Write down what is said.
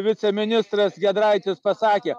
viceministras giedraitis pasakė